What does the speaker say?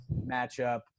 matchup